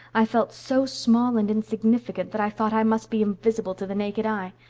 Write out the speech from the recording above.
i felt so small and insignificant that i thought i must be invisible to the naked eye.